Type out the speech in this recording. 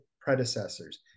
predecessors